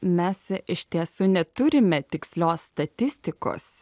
mes iš tiesų neturime tikslios statistikos